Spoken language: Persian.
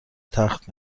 تخت